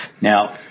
Now